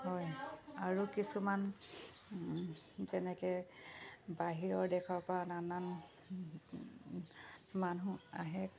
হয় আৰু কিছুমান যেনেকৈ বাহিৰৰ দেশৰপৰা নানান মানুহ আহে